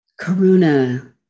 Karuna